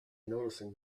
noticing